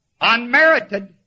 Unmerited